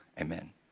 amen